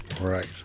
Right